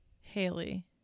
Haley